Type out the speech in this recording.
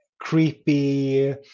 creepy